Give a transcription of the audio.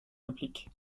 impliquent